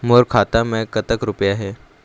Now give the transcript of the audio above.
मोर खाता मैं कतक रुपया हे?